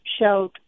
showed